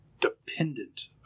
dependent